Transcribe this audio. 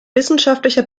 wissenschaftlicher